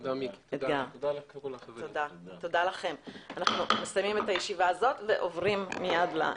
תודה רבה, הישיבה נעולה.